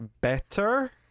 better